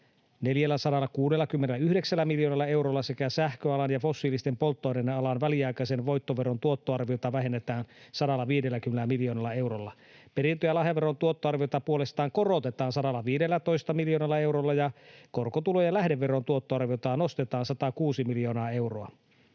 469 miljoonalla eurolla sekä sähköalan ja fossiilisten polttoaineiden alan väliaikaisen voittoveron tuottoarviota vähennetään 150 miljoonalla eurolla. Perintö‑ ja lahjaveron tuottoarviota puolestaan korotetaan 115 miljoonalla eurolla ja korkotulojen lähdeveron tuottoarviota nostetaan 106 miljoonaa euroa.